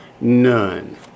None